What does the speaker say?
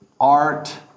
art